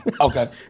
Okay